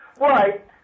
Right